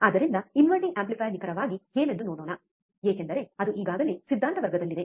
ಆದ್ದರಿಂದ inverting amplifier ನಿಖರವಾಗಿ ಏನೆಂದು ನೋಡೋಣ ಏಕೆಂದರೆ ಅದು ಈಗಾಗಲೇ ಸಿದ್ಧಾಂತ ವರ್ಗದಲ್ಲಿದೆ